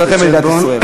אזרחי מדינת ישראל.